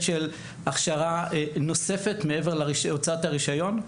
של הכשרה נוספת מעבר להוצאת הרישיון,